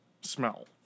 smell